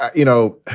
you know,